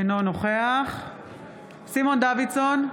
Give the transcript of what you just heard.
אינו נוכח סימון דוידסון,